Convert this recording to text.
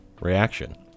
reaction